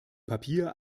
papier